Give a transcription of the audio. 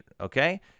Okay